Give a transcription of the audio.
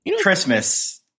Christmas